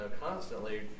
constantly